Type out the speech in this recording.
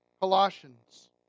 Colossians